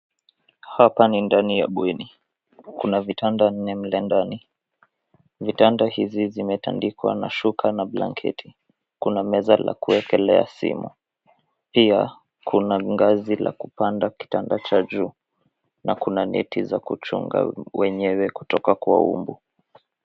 Hapa ni ndani ya bweni, kuna vitanda vinne mle ndani vitanda hizi zimetandikwa na shuka na blanketi, kuna meza la kuekelea simu pia kuna ngazi la kupanda kitanda cha juu, na kuna neti za kuchunga wenyewe kutoka kwa mbu.